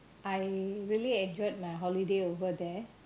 I really enjoyed my holiday over there